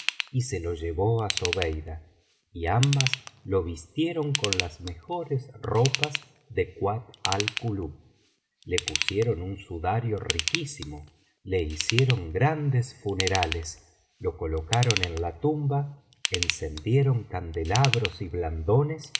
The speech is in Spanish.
y se lo llevó á zobeida y ambas lo vistieron con las mejores ropas de kuat al kulub le pusieron un sudario riquísimo le hicieron grandes funerales lo colocaron en la tumba encendieron candelabros y blandones